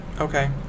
Okay